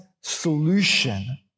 solution